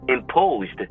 imposed